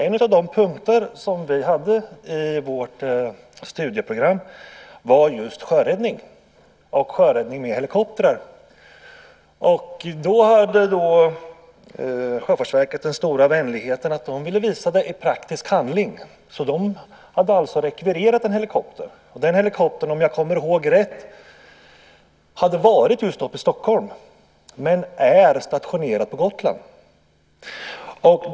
En av punkterna i vårt studieprogram var just sjöräddning och sjöräddning med helikoptrar. Sjöfartsverket ville visa detta i praktisk handling och hade därför den stora vänligheten att rekvirera en helikopter. Om jag kommer ihåg rätt hade den helikoptern just varit i Stockholm, men den är stationerad på Gotland.